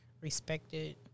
respected